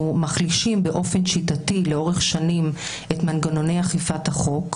מחלישים באופן שיטתי לאורך שנים את מנגנוני אכיפת החוק,